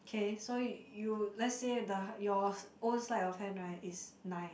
kay so you you let's say the your own sleight of hand right is nine